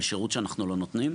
על השירות שאנחנו לא נותנים?